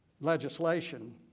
legislation